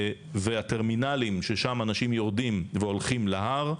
והטרמינלים, ששם אנשים יורדים והולכים להר.